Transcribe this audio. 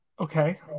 Okay